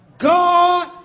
God